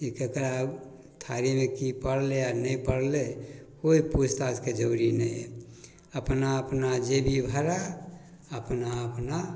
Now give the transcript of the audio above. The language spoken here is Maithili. कि ककरा थारीमे कि पड़लै आओर नहि पड़लै कोइ पूछताछके जरूरी नहि हइ अपना अपना जेबी भरा अपना अपना